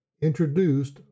introduced